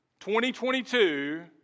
2022